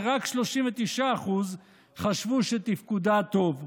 ורק 39% חשבו שתפקודה טוב.